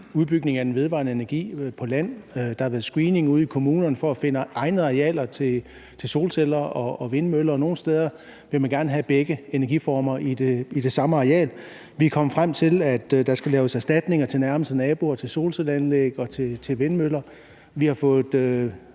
udbygningen af den vedvarende energi på land. Der har været screeninger ude i kommunerne for at finde egnede arealer til solceller og vindmøller. Nogle steder vil man gerne have begge energiformer på det samme areal. Vi er kommet frem til, at der skal gives erstatninger til de nærmeste naboer til solcelleanlæg og til vindmøller. Vi har fået